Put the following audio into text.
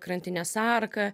krantinės arka